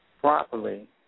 properly